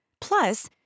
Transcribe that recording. Plus